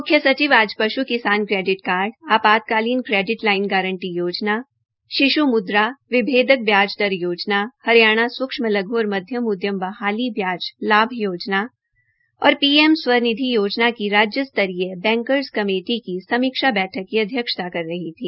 मुख्य सचिव सचिव आज पशु किसान क्रेडिट कार्ड आपातकालीन क्रेडिट लाइन गारंटी योजना शिश् मुद्रा विभेदक ब्याज दर योजना हरियाणा सूक्ष्म लघ् और मध्यम उद्यम बहाली ब्याज लाभ योजना और पीएम स्वनिधि योजना की राज्य स्त्रीय बैंकरर्स कमेंटी की समीक्षा बैठक की अधक्षता कर रही थी